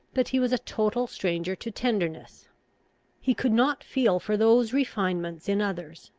but he was a total stranger to tenderness he could not feel for those refinements in others,